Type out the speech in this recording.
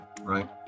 right